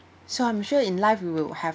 so I'm sure in life you will have